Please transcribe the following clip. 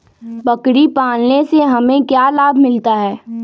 बकरी पालने से हमें क्या लाभ मिलता है?